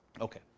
Okay